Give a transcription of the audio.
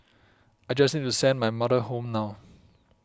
I just need to send my mother home now